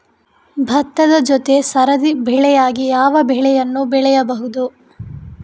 ಭತ್ತದ ಜೊತೆ ಸರದಿ ಬೆಳೆಯಾಗಿ ಯಾವ ಬೆಳೆಯನ್ನು ಬೆಳೆಯಬಹುದು?